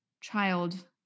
child